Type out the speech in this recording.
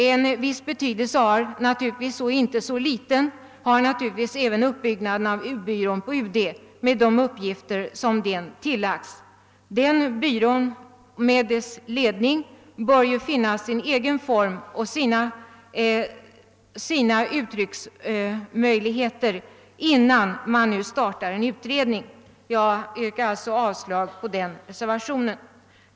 En viss och inte så liten betydelse har naturligtvis även uppbyggnaden av u-byrån på UD med de uppgifter som tillagts den. Den byrån med sin ledning bör finna sin egen form och sina uttrycksmöjligheter innan man startar en utredning. Jag yrkar alltså avslag på reservationen 1.